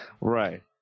Right